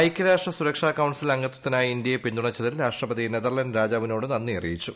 ഐക്യരാഷ്ട്ര സുരക്ഷാ ക്ഷ്യൺസിൽ അംഗത്വത്തിനായി ഇന്ത്യയെ പിന്തുണച്ചതിൽ രാഷ്ട്രപതി നെത്തർല്ലന്റ് രാജാവിനോട് നന്ദി അറിയിച്ചു